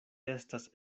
estas